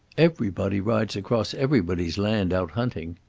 everybody rides across everybody's land out hunting.